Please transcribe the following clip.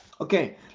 Okay